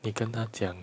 你跟她讲